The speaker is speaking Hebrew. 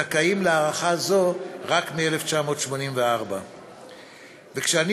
זכאים להארכה הזאת רק החל משנת 1984. וכשאני